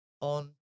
on